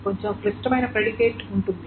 కొంచెం క్లిష్టమైన ప్రిడికేట్ ఉంటుంది